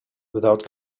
without